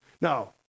Now